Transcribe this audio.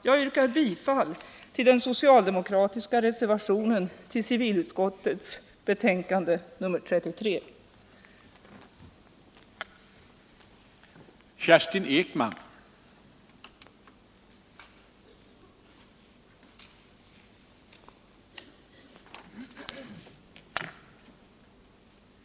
Jag yrkar bifall till den socialdemokratiska reservationen till civilutskottets betänkande 1979/80:33.